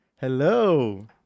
Hello